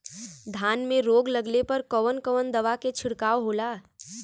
धान में रोग लगले पर कवन कवन दवा के छिड़काव होला?